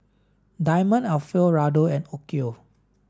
Diamond Alfio Raldo and Onkyo